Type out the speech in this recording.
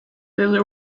little